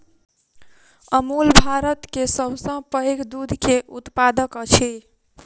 अमूल भारत के सभ सॅ पैघ दूध के उत्पादक अछि